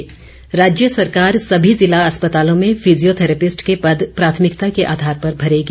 मुख्यमंत्री राज्य सरकार सभी ज़िला अस्पतालों में फिजियोथैरेपिस्ट के पद प्राथमिकता के आधार पर भरेगी